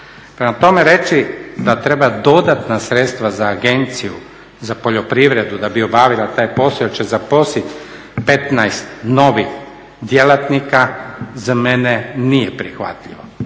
Prema tome reći da treba dodatna sredstva za Agenciju za poljoprivredu da bi obavila taj posao jer će zaposliti 15 novih djelatnika za mene nije prihvatljivo.